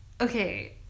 Okay